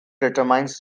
determines